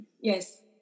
Yes